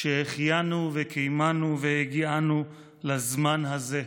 שהחיינו וקיימנו והגיענו לזמן הזה".